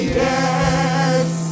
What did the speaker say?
yes